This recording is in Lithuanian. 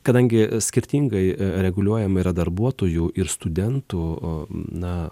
kadangi skirtingai reguliuojami yra darbuotojų ir studentų na